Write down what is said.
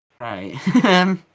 Right